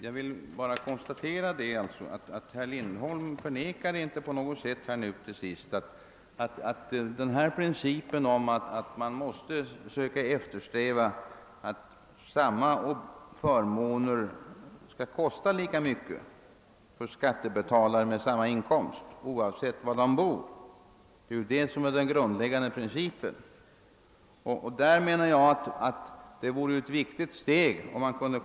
Jag vill alltså bara konstatera, att herr Lindholm inte på något sätt förnekar riktigheten av principen att man måste eftersträva att samma förmåner skall kosta lika mycket för skattebetalare med samma inkomst oavsett var de bor. Det är den grundläggande principen. Jag menar att det är viktigt att komma dithän.